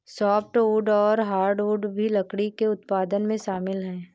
softwood और hardwood भी लकड़ी के उत्पादन में शामिल है